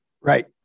Right